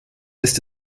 ist